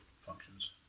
functions